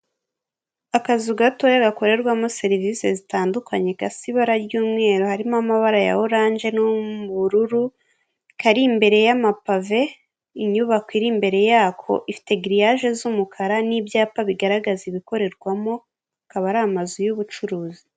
Akazu gatoya gakorerwamo serivisi zitandukanye gasa ibara ry'umweru harimo amabara ya oranje n'ubururu, kari imbere y'amapave, inyubako iri imbere yako ifite giriyaje z'umukara n'ibyapa bigaragaza ibikorerwamo, akaba ari amazu y'ubucuruzi.